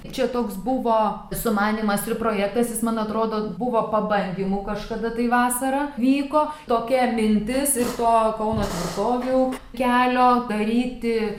čia toks buvo sumanymas ir projektas jis man atrodo buvo pabandymu kažkada tai vasarą vyko tokia mintis ir tuo kauną stoviu kelio daryti